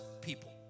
people